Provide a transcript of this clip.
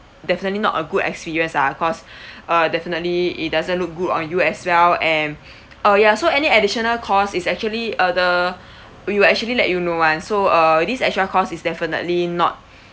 definitely not a good experience ah cause uh definitely it doesn't look good on you as well and uh ya so any additional cost is actually uh the we will actually let you know [one] so uh this extra cost it's definitely not